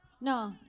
No